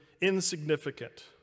insignificant